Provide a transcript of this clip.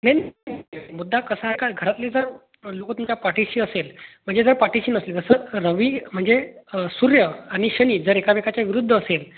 नाही मुद्दा कसा आहे का घरातले जर लोक तुमच्या पाठीशी असेल म्हणजे जर पाठीशी नसली जसं रवी म्हणजे सूर्य आणि शनी जर एकामेकाच्या विरुद्ध असेल